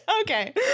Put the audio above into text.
okay